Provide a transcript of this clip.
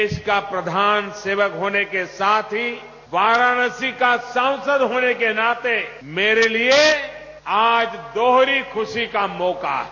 देश का प्रधान सेवक होने के साथ ही वाराणसी का सांसद होने के नाते मेरे लिए आज दोहरी खुशी का मौका है